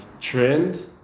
trend